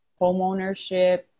homeownership